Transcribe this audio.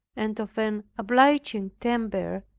and of an obliging temper,